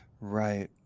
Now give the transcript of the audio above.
Right